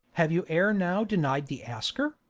have you ere now denied the asker,